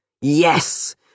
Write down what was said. Yes